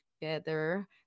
together